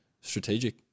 strategic